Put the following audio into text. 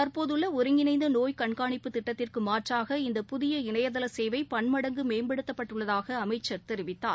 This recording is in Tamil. தற்போதுள்ள இருங்கிணைந்த நோய் கண்காணிப்பு திட்டத்திற்கு மாற்றாக இந்த புதிய இணையதள சேவை பன்மடங்கு மேம்படுத்தப்பட்டுள்ளதாக அமைச்சர் தெரிவித்தார்